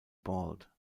bald